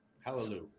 hallelujah